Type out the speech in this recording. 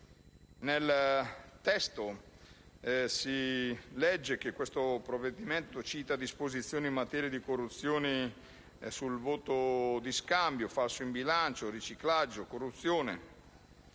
Nel testo si legge che questo provvedimento reca disposizioni in materia di corruzione, voto di scambio, falso in bilancio, riciclaggio; e quando